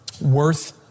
worth